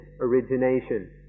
Origination